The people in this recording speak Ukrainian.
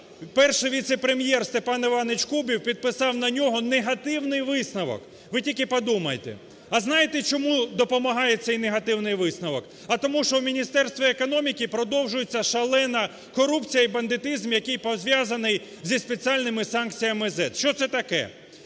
перший віце-прем'єр Степан Іванович Кубів підписав на нього негативний висновок, ви тільки подумайте. А знаєте чому допомагає цей негативний висновок? А тому, що в Міністерстві економіки продовжується шалена корупція і бандитизм, який зв'язаний з спеціальними санкціями ЗЕД. Що це таке?